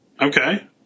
Okay